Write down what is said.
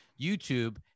YouTube